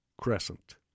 Crescent